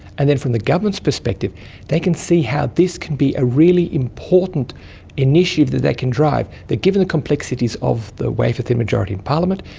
and then from the government's perspective they can see how this can be a really important initiative that they can drive, that given the complexities of the wafer-thin majority in parliament,